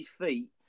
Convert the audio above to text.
defeat